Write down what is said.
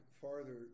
farther